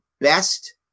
best